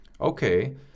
Okay